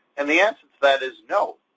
and the answer to that is no.